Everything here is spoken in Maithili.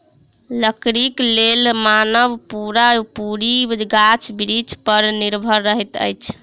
लकड़ीक लेल मानव पूरा पूरी गाछ बिरिछ पर निर्भर रहैत अछि